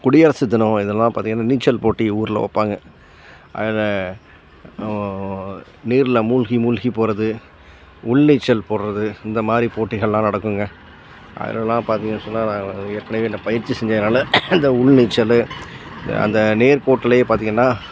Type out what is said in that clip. குடியரசு தினம் இதெல்லாம் பார்த்தீங்கன்னா நீச்சல் போட்டி ஊர்ல வைப்பாங்க அதில் நீர்ல மூழ்கி மூழ்கிப் போகிறது உள் நீச்சல் போடுறது இந்த மாதிரி போட்டிகள்லாம் நடக்குதுங்க அதிலலாம் பார்த்தீங்கன்னு சொன்னால் நாங்கள் ஏற்கனவே இந்த பயிற்சி செஞ்சதனால அந்த உள் நீச்சல் அந்த நேர்கோட்டிலயே பார்த்தீங்கன்னா